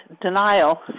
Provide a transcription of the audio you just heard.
denial